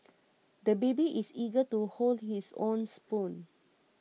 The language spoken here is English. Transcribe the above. the baby is eager to hold his own spoon